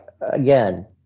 again